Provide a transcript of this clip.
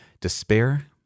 Despair